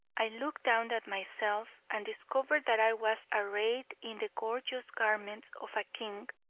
i looked down at myself and discovered that i was arrayed in the gorgeous garments of a king,